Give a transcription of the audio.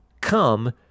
come